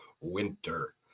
winter